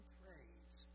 praise